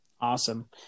Awesome